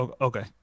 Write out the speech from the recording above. Okay